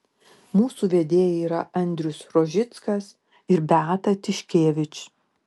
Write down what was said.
mūsų vedėjai yra andrius rožickas ir beata tiškevič